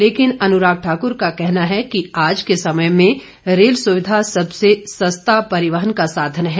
लेकिन अनुराग ठाकुर का कहना है कि आज के समय में रेल सुविधा सबसे सस्ता परिवहन का साधन है